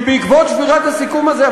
כי בעקבות שבירת הסיכום הזה,